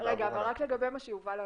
דבריו של יובל,